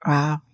Wow